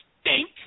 stink